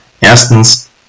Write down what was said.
Erstens